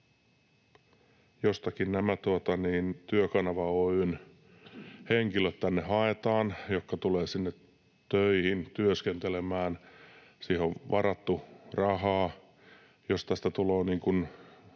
haetaan nämä Työkanava Oy:n henkilöt, jotka tulevat sinne töihin, työskentelemään, ja siihen on varattu rahaa. Jos tästä tulee